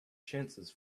chances